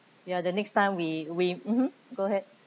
ya the next time we we mmhmm go ahead